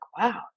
wow